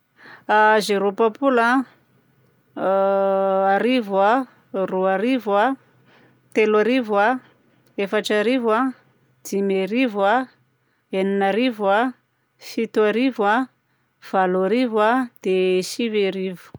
Zéro papola a, arivo a, roa arivo a, telo arivo a, efatra arivo a, dimy arivo a, enina arivo a, fito arivo a, valo arivo a, dia sivy arivo.